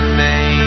name